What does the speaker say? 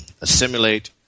assimilate